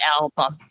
album